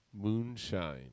Moonshine